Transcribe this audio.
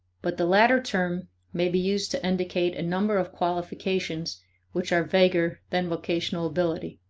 but the latter term may be used to indicate a number of qualifications which are vaguer than vocational ability.